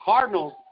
Cardinals